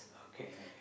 okay